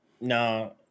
no